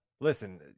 Listen